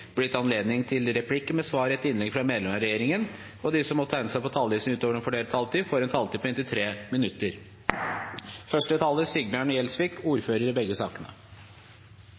gitt anledning til replikker med svar etter innlegg fra medlemmer av regjeringen, og de som måtte tegne seg på talerlisten utover den fordelte taletid, får en taletid på inntil 3 minutter.